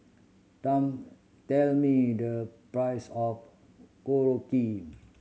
tell me the price of Korokke